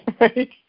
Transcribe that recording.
Right